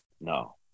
No